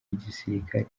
igisirikare